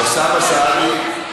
אוסאמה סעדי.